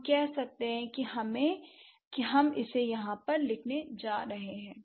हम इसे कहते हैं हम इसे यहाँ पर लिखने जा रहे हैं